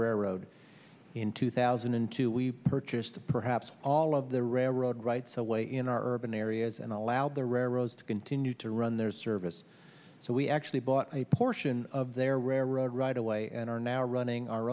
railroad in two thousand and two we purchased perhaps all of the railroad rights away in our urban areas and allowed the rare roads to continue to run their service so we actually bought a portion of their rare road right away and are now running our